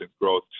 growth